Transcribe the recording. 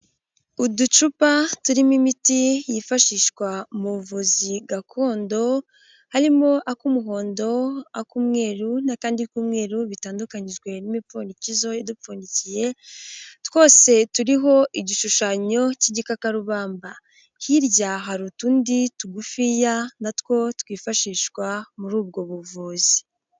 Uducupa turimo imiti yifashishwa mu buvuzi gakondo, harimo ak'umuhondo, ak'umweru n'akandi k'umweru bitandukanyijwe n'imipfundikizo idupfundikiye, twose turiho igishushanyo cy'igikakarubamba. Hirya hari utundi tugufiya na two twifashishwa muri ubwo buvuzi.